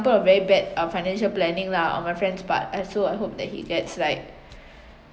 of very bad uh financial planning lah on my friend's part I so I hope that he gets like